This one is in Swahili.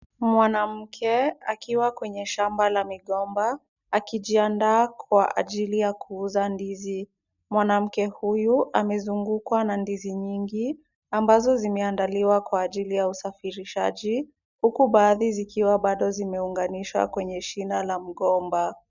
Mwanamke akiwa kwenye shamba la migomba akijiandaa kwa ajili ya kuuza ndizi. Mwanamke huyu amezungukwa na ndizi nyingi ambazo zimeandaliwa kwa ajili ya usafirishaji, huku baadhi zikiwa bado zimeunganishwa kwenye shina la mgomba.